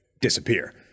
disappear